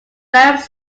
develop